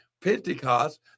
Pentecost